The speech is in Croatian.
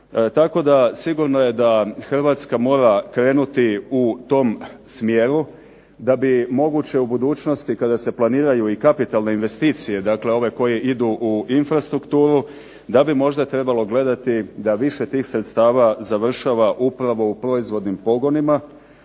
Tako da sigurno je da Hrvatska mora krenuti u tom smjeru da bi moguće u budućnosti kada se planiraju i kapitalne investicije, dakle ove koje idu u infrastrukturu, da bi možda trebalo gledati da više tih sredstava završava upravo u proizvodnim pogonima